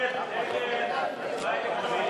אין